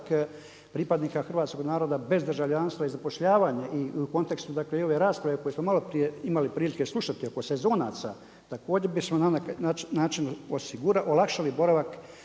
pripadnika hrvatskog naroda bez državljanstva i zapošljavanje i u kontekstu ove rasprave koje smo maloprije imali prilike slušati, oko sezonaca, također bismo na neki način olakšali boravak